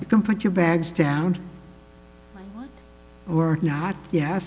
you can put your bags down or not ye